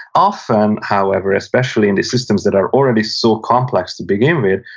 often, however, especially in the systems that are already so complex to begin with,